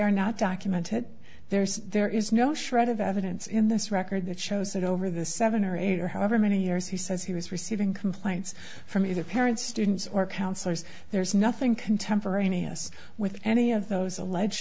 are not documented there's there is no shred of evidence in this record that shows that over the seven or eight or however many years he says he was receiving complaints from either parents students or counselors there's nothing contemporaneous with any of those alleged